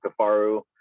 Kafaru